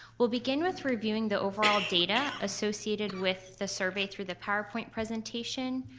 we'll begin with reviewing the overall data associated with the survey through the powerpoint presentation.